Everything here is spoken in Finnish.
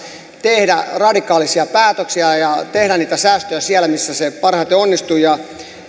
tehdä radikaaleja päätöksiä ja tehdä niitä säästöjä siellä missä se parhaiten onnistuu